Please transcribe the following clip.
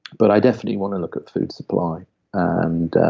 but i definitely want to look at food supply and